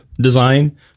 design